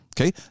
Okay